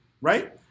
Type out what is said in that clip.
right